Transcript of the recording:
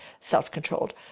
self-controlled